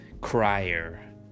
crier